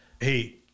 hey